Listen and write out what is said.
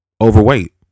overweight